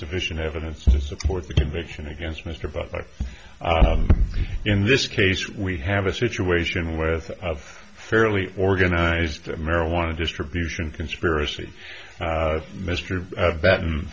sufficient evidence to support the conviction against mr but in this case we have a situation with of fairly organized marijuana distribution conspiracy mr benton